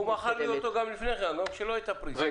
הוא מכר לי אותו גם לפני כן כאשר לא הייתה פריסה.